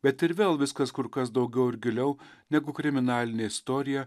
bet ir vėl viskas kur kas daugiau ir giliau negu kriminalinė istorija